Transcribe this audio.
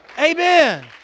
Amen